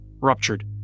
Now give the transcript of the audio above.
ruptured